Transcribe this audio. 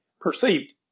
perceived